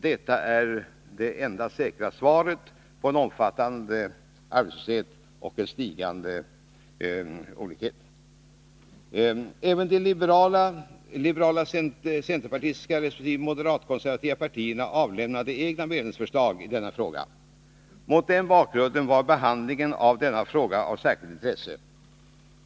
Detta är det enda säkra svaret på en omfattande arbetslöshet och en stigande olikhet.” Även de liberala-centerpartistiska resp. moderat-konservativa partierna avlämnade egna medlemsförslag i denna fråga. Mot den bakgrunden var behandlingen av frågan av särskilt intresse.